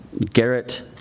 Garrett